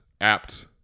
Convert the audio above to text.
Apt